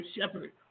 shepherd